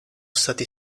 stati